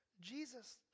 Jesus